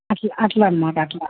అస అట్ల అన్నమాట అట్ల